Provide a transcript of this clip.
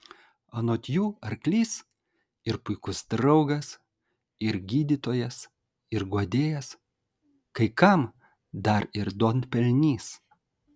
anot jų arklys ir puikus draugas ir gydytojas ir guodėjas kai kam dar ir duonpelnys